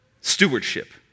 Stewardship